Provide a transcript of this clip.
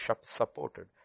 supported